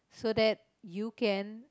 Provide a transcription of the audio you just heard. so that you can